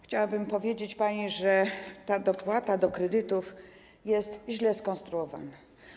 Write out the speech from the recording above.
Chciałabym powiedzieć pani, że dopłata do kredytów jest źle skonstruowana.